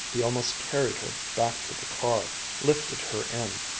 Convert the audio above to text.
he almost carried her back to the car, lifted her in.